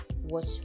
watch